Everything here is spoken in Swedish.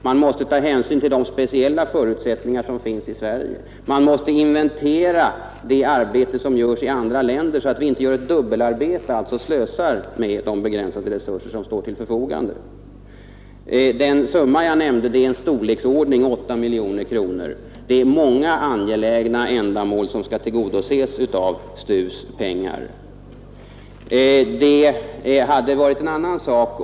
Man måste ta hänsyn till de speciella förutsättningar som finns i Sverige, inventera det arbete som görs i andra länder så att vi inte utför ett dubbelarbete och därmed slösar med de begränsade resurser som står till förfogande. I motionen begärs alltså att 8 miljoner kronor av STU:s anslag anvisas för de nämnda syftena. Det är många angelägna ändamål som skall tillgodoses genom medel från STU.